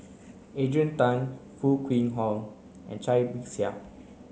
Adrian Tan Foo Kwee Horng and Cai Bixia